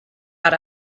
out